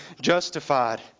justified